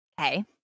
Okay